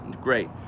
Great